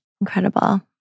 Incredible